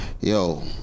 Yo